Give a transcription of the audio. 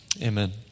amen